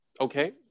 Okay